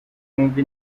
wumve